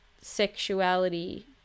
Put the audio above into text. sexuality